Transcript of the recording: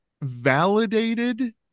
validated